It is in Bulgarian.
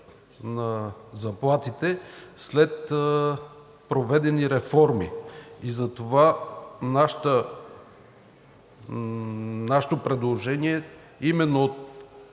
на заплатите след проведени реформи. Затова нашето предложение е именно